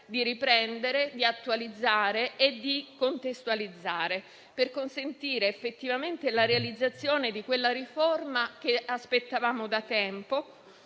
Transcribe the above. di riprendere, di attualizzare e di contestualizzare, per consentire effettivamente la realizzazione di quella riforma che aspettavamo da tempo